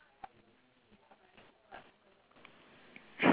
they did and then by that time I was super high on adrenaline already